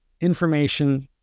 information